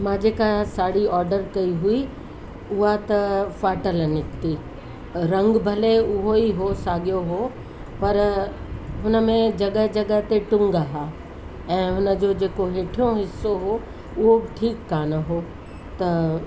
मां जेका साड़ी ऑडर कई हुई उअ त फाटल निकिती रंग भले उहो ई हो साॻियो हो पर हुन में जॻग जॻहि ते टूंग हुआ ऐं हुन जो जेको हेठिरो हिस्सो हो उहो बि ठीकु कान हो त